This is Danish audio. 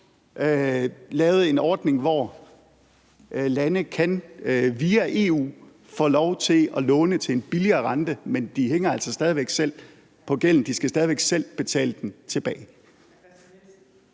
lavet en ordning, hvor lande via EU kan få lov til at låne til en lavere rente, men de hænger altså stadig væk selv på gælden. De skal stadig væk selv betale den tilbage.